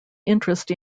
interest